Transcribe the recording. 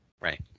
Right